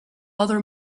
other